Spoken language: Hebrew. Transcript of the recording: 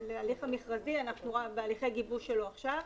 להליך המכרזי, אנחנו בהליכי גיבוש שלו עכשיו.